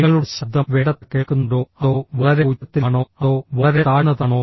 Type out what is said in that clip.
നിങ്ങളുടെ ശബ്ദം വേണ്ടത്ര കേൾക്കുന്നുണ്ടോ അതോ വളരെ ഉച്ചത്തിലാണോ അതോ വളരെ താഴ്ന്നതാണോ